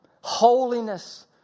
Holiness